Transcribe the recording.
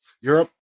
Europe